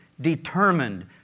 determined